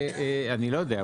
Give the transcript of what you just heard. אני לא יודע,